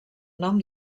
nom